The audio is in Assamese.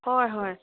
হয় হয়